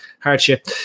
hardship